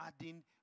adding